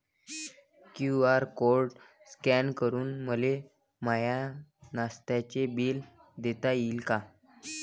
QR code scan करून मले माय नास्त्याच बिल देता येईन का?